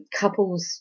couples